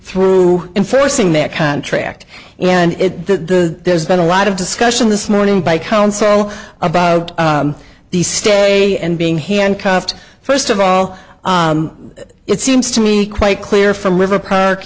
through enforcing their contract and the there's been a lot of discussion this morning by counsel about the stay and being handcuffed first of all it seems to me quite clear from river car